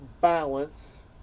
balance